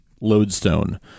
Lodestone